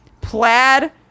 plaid